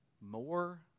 More